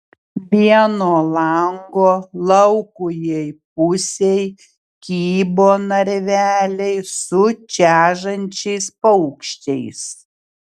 vieno lango laukujėj pusėj kybo narveliai su čežančiais paukščiais